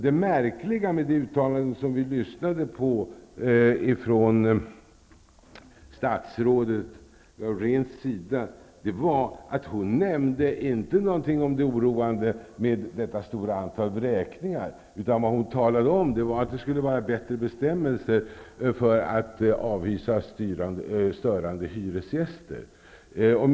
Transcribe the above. Det märkliga med det uttalande av statsrådet Laurén som vi lyssnade på var att hon inte nämnde någonting om det oroande med detta stora antal vräkningar. Vad hon talade om -- åtminstone i det pressmeddelande som gick ut -- var att det skulle bli bättre bestämmelser för att avvisa störande hyresgäster.